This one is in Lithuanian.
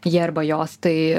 jie arba jos tai